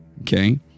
Okay